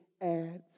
ads